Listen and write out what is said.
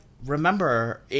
Remember –